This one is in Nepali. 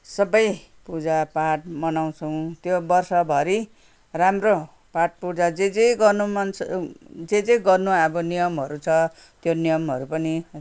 सबै पूजापाट मनाउँछौँ त्यो वर्षभरि राम्रो पाटपूजा जे जे गर्नु मन छ जे जे गर्नु अब नियमहरू छ त्यो नियमहरू पनि